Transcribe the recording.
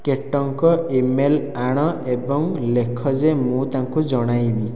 କେଟ୍ଙ୍କ email ଆଣ ଏବଂ ଲେଖ ଯେ ମୁଁ ତାଙ୍କୁ ଜଣାଇବି